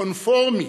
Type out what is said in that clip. קונפורמי,